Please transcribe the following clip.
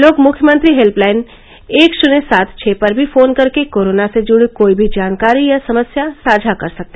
लोग मुख्यमंत्री हेल्पलाइन एक शुन्य सात छ पर भी फोन कर के कोरोना से जुड़ी कोई भी जानकारी या समस्या साझा कर सकते